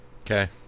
Okay